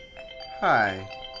Hi